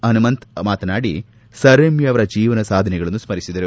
ಪನುಮಂತ್ ಮಾತನಾಡಿ ಸರ್ಎಂವಿ ಅವರ ಜೀವನ ಸಾಧನೆಗಳನ್ನು ಸ್ಥರಿಸಿದರು